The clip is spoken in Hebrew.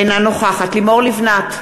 אינה נוכחת לימור לבנת,